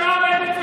השר כהנא.